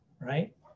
right